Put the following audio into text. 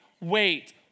wait